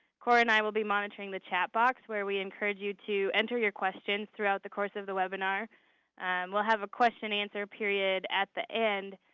cora and i will be monitoring the chat box, where we encourage you to enter your questions throughout the course of the webinar. we will have a question answer period at the end,